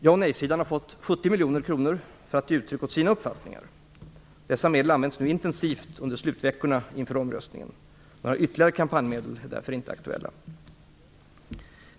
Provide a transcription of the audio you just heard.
Ja och nej-sidan har fått 70 miljoner kronor för att ge uttryck åt sina uppfattningar. Dessa medel används nu intensivt under slutveckorna inför omröstningen. Några ytterligare kampanjmedel är därför inte aktuella.